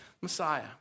Messiah